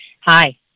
Hi